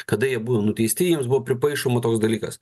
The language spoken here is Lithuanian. kada jie buvo nuteisti jiems buvo pripaišoma toks dalykas